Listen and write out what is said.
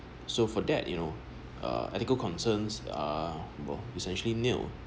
so for that you know uh ethical concerns are essentially nil